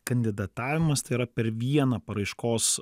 kandidatavimas tai yra per vieną paraiškos